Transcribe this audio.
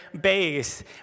base